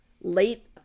late